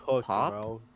pop